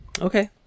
okay